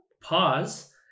pause